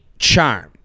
charm